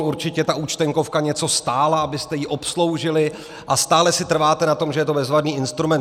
Určitě ta Účtenkovka něco stála, abyste ji obsloužili, a stále si trváte na tom, že je to bezvadný instrument.